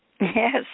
Yes